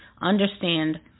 understand